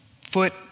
foot